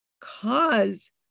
cause